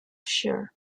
sure